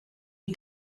you